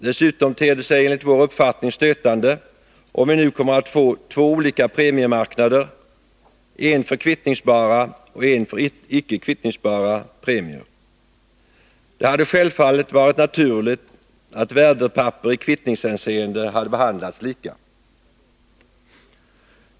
Dessutom ter det sig enligt vår uppfattning stötande, om vi nu kommer att få två olika premiemarknader, en för kvittningsbara och en för icke kvittningsbara premier. Det hade självfallet varit naturligt att värdepapper i kvittningshänseende hade behandlats lika.